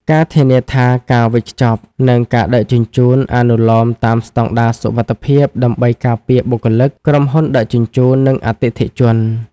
ការធានាថាការវេចខ្ចប់ និងការដឹកជញ្ជូនអនុលោមតាមស្តង់ដារសុវត្ថិភាពដើម្បីការពារបុគ្គលិក ក្រុមហ៊ុនដឹកជញ្ជូន និងអតិថិជន។